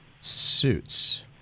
suits